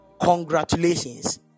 Congratulations